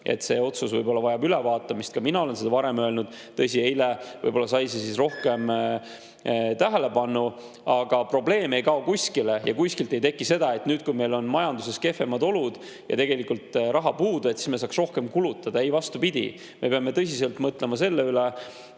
et see otsus vajab ülevaatamist. Ka mina olen seda varem öelnud. Tõsi, eile sai see rohkem tähelepanu. Aga probleem ei kao kuskile ja kuskilt ei teki seda, et nüüd, kui meil on majanduses kehvemad olud ja tegelikult raha puudu, me saaks rohkem kulutada. Ei, vastupidi, me peame tõsiselt mõtlema selle üle,